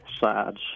sides